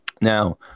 Now